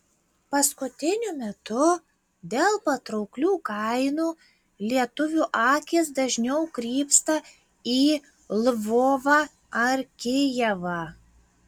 paskutiniu metu dėl patrauklių kainų lietuvių akys dažniau krypsta į lvovą ar kijevą